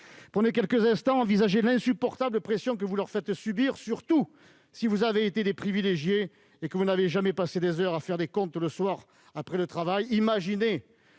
Prenez quelques instants et envisagez l'insupportable pression que vous leur faites subir, surtout si vous avez été privilégiés et que vous n'avez jamais passé des heures à faire les comptes le soir après le travail